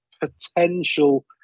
potential